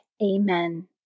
Amen